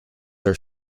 are